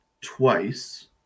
twice